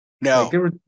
No